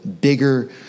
bigger